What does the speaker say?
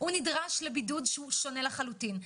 נדרש לבידוד שונה לחלוטין.